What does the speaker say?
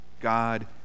God